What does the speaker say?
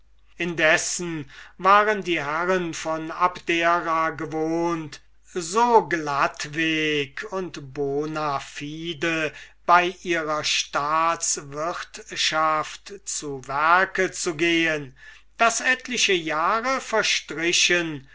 indessen waren die herren von abdera gewohnt so glattweg und bona fide bei ihrem aerario zu werke zu gehen daß etliche jahre verstrichen